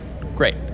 Great